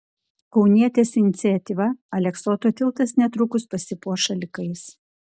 kaunietės iniciatyva aleksoto tiltas netrukus pasipuoš šalikais